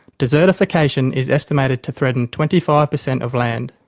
desertification is estimated to threaten twenty five percent of land.